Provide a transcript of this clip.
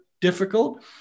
difficult